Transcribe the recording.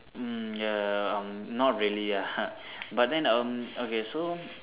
mm ya um not really ah ha but then um okay so